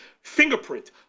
fingerprint